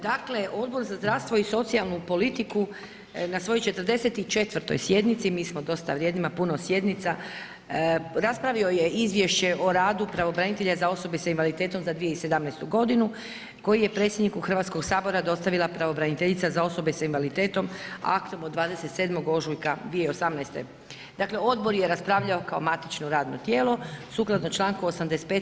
Dakle, Odbor za zdravstvo i socijalnu politiku na svojoj 44. sjednici, mi smo dosta vrijedni ima puno sjednica, raspravio je Izvješće o radu pravobranitelja za osobe s invaliditetom za 2017. godinu koju je predsjedniku Hrvatskog sabora dostavila pravobraniteljica za osobe s invaliditetom aktom od 27. ožujka 2018., dakle odbor je raspravljao kao matično radno tijelo, sukladno članku 85.